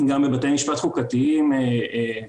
גם בבתי משפט חוקתיים אחרים,